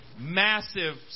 massive